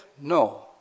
No